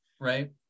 right